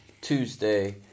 Tuesday